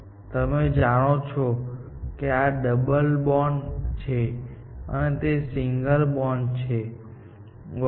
તમે જાણો છો કે આ ડબલ બોન્ડ છે અને તે એક સિંગલ બોન્ડ છે વગેરે